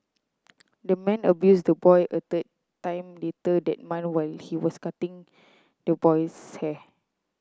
the man abused the boy a third time later that while he was cutting the boy's hair